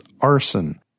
arson